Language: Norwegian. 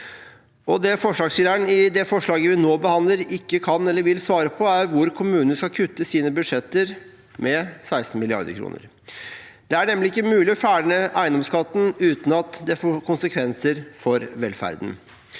Det forslagsstillerne i det forslaget vi nå behandler, ikke kan eller vil svare på, er hvor kommunene skal kutte sine budsjetter med 16 mrd. kr. Det er nemlig ikke mulig å fjerne eiendomsskatten uten at det får konsekvenser for velferden.